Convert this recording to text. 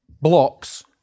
blocks